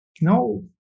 No